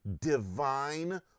divine